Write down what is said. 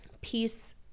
peace